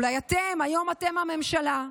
אולי אתם, היום אתם הממשלה,